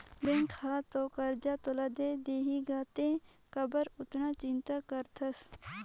bank हर तो करजा तोला दे देहीगा तें काबर अतना चिंता करथस